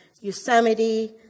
Yosemite